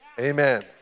Amen